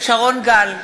שרון גל,